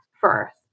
first